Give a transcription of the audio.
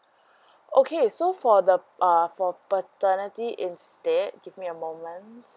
okay so for the uh for paternity instead give me a moment